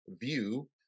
view